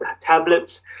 tablets